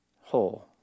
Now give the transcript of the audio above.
whole